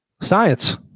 science